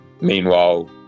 meanwhile